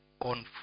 on